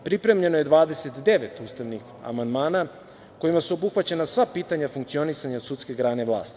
Pripremljeno je 29 ustavnih amandmana kojima su obuhvaćena sva pitanja funkcionisanja sudske grane vlasti.